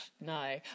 No